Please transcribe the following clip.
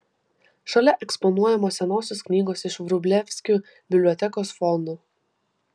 šalia eksponuojamos senosios knygos iš vrublevskių bibliotekos fondų